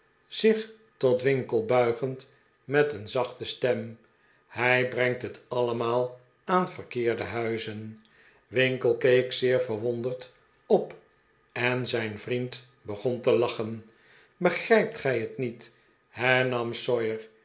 zich tot winkle buigend met een zachte stem hij brengt het allemaal aan verkeerde huizen winkle keek zeer verwonderd op en zijn vriend begon te lachen begrijpt gij het niet